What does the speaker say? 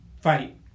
fight